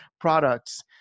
products